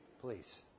Please